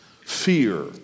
fear